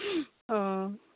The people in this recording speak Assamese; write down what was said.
অঁ